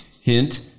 hint